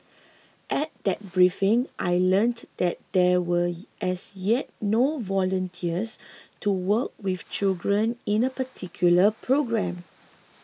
at that briefing I learnt that there were as yet no volunteers to work with children in a particular programme